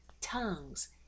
tongues